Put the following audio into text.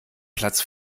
platz